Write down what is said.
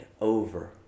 over